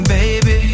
Baby